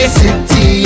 city